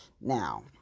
Now